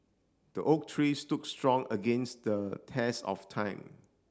the oak tree stood strong against the test of time